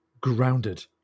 grounded